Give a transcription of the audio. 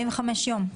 45 יום.